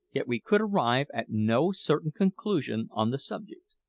yet we could arrive at no certain conclusion on the subject.